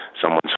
someone's